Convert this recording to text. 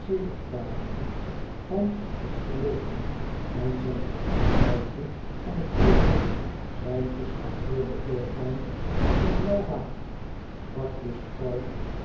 ervaringen van t verleden en zijn tabaksduitje van t heden zijn geschakeerde loopbaan van blauw water zwart buskruit